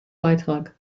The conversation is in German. beitrag